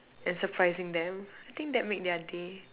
and surprising them I think that made their day